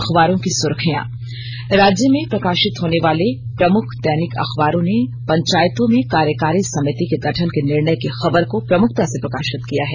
अखबारों की सुर्खियां राज्य में प्रकाशित होने वाले प्रमुख दैनिक अखबारों ने पंचायतों में कार्यकारी समिति के गठन के निर्णय की खबर को प्रमुखता से प्रकाशित किया है